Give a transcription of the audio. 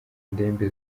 ndembe